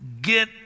get